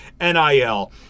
NIL